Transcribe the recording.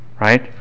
right